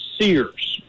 Sears